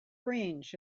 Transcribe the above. range